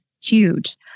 huge